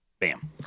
Bam